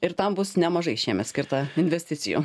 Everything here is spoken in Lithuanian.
ir tam bus nemažai šiemet skirta investicijų